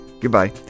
Goodbye